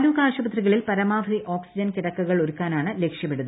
താലൂക്ക് ആശുപത്രികളിൽ പരമാവധി ഓക്സിജൻ കിടക്കൾ ഒരുക്കാനാണ് ലക്ഷ്യമിടുന്നത്